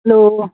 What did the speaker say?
hello